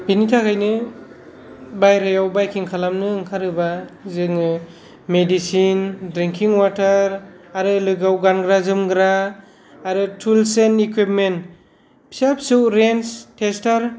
बिनि थाखायनो बायरायाव बाइकिं खालामनो ओंखारोबा जोङो मेडिसिन ड्रिंखिं अवाटार आरो लोगोआव गानग्रा जोमग्रा आरो टुल्स एन्ड इकुइपमेन्ट फिसा फिसौ रेन्स टेस्टार